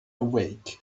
awake